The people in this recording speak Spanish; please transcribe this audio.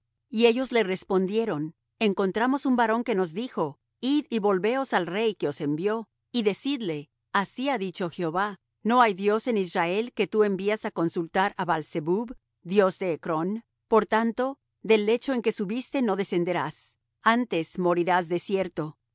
y ellos le respondieron encontramos un varón que nos dijo id y volveos al rey que os envió y decidle así ha dicho jehová no hay dios en israel que tú envías á consultar á baal zebub dios de ecrón por tanto del lecho en que subiste no descenderás antes morirás de